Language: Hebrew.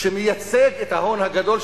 שמייצג את ההון הגדול,